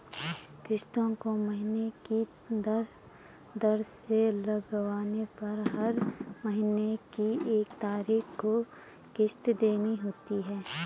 किस्तों को महीने की दर से लगवाने पर हर महीने की एक तारीख को किस्त देनी होती है